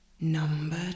Number